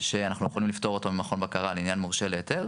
שאנחנו יכולים לפתור אותו עם מכון בקרה לעניין מורשה להיתר,